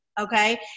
Okay